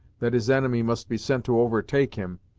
that his enemy must be sent to overtake him,